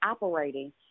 operating